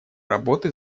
работы